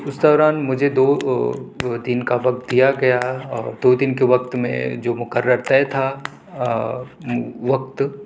اس دوران مجھے دو دن کا وقت دیا گیا اور دو دن کے وقت میں جو مقرر طے تھا وقت